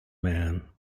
man